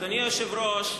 אדוני היושב-ראש,